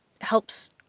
helps